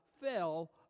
fell